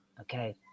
okay